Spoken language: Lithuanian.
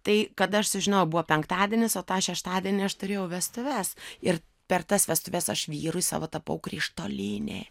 tai kada aš sužinojau buvo penktadienis o tą šeštadienį aš turėjau vestuves ir per tas vestuves aš vyrui savo tapau krištolinė